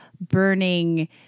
burning